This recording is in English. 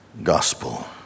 gospel